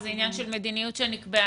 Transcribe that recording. זה עניין של מדיניות שנקבעה,